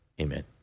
Amen